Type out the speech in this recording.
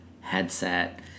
headset